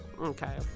okay